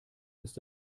ist